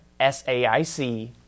SAIC